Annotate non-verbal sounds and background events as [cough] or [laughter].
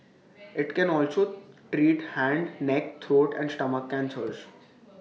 [noise] IT can also treat Head neck throat and stomach cancers [noise]